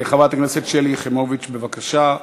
חברת הכנסת שלי יחימוביץ, בבקשה.